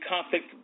conflict